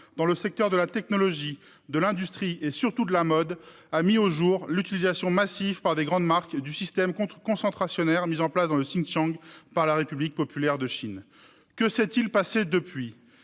dans les secteurs de la technologie, de l'industrie et, surtout, de la mode, a mis au jour l'utilisation massive par de grandes marques du système concentrationnaire mis en place au Xinjiang par la République populaire de Chine. Que s'est-il passé depuis ?